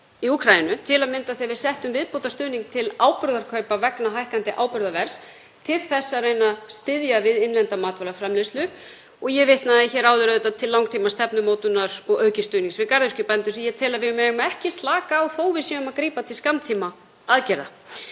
í Úkraínu, til að mynda þegar við settum viðbótarstuðning til áburðarkaupa vegna hækkandi áburðarverðs til þess að reyna að styðja við innlenda matvælaframleiðslu. Ég vitnaði hér áður til langtímastefnumótunar og aukins stuðnings við garðyrkjubændur sem ég tel að við megum ekki slaka á þó að við séum að grípa til skammtímaaðgerða.